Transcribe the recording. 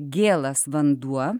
gėlas vanduo